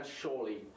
surely